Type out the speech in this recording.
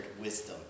wisdom